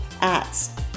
ads